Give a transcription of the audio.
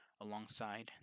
alongside